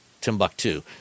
Timbuktu